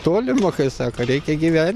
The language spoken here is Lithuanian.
tolima kai sako reikia gyven